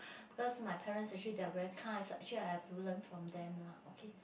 because my parents actually they are very kind so actually I've to learn from them lah okay